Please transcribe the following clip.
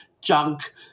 junk